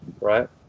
right